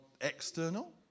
external